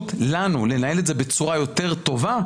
ואפשרות לנו לנהל את זה בצורה הרבה יותר טובה,